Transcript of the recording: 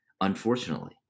unfortunately